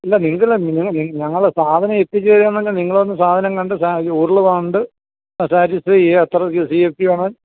അല്ല നിങ്ങൾ ഞങ്ങൾ സാധനം എത്തിച്ചു തരാന്നറഞ്ഞാ നിങ്ങൾ വന്നു സാധനം കണ്ടു ഈ ഉരുൾ കണ്ടു സാറ്റിസ്ഫൈ ചെയ്യാം എത്ര സിയെഫ്റ്റിയാണ്